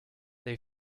they